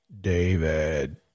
David